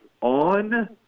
on